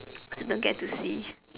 I don't get to see